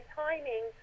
timing